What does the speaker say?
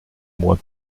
moi